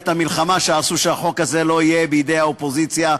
את המלחמה שעשו שהחוק הזה לא יהיה בידי האופוזיציה,